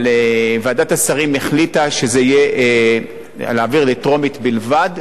אבל ועדת השרים החליטה להעביר בטרומית בלבד,